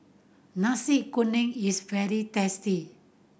Nasi Kuning is very tasty